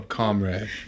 comrade